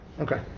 Okay